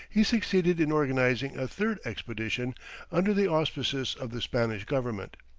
he succeeded in organizing a third expedition under the auspices of the spanish government.